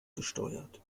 gesteuert